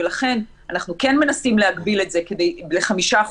ולכן אנחנו כן מנסים להגביל את זה ל-5%